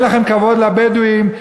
אין לכם כבוד לבדואים,